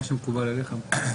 מה שמקובל עליך מקובל עלינו.